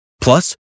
Plus